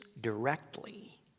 directly